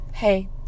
Hey